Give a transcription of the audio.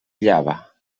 llava